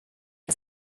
was